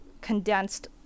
condensed